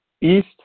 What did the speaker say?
East